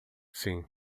sim